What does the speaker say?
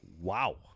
wow